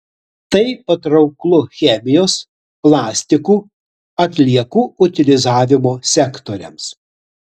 tai patrauklu chemijos plastikų atliekų utilizavimo sektoriams